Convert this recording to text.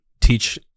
teach